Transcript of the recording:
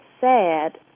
sad